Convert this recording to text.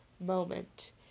moment